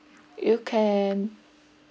you can